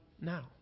now